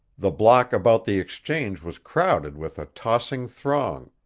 the block about the exchange was crowded with a tossing throng,